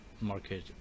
market